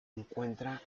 encuentra